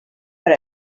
per